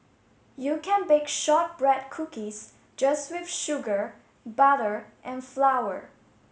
you can bake shortbread cookies just with sugar butter and flour